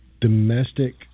domestic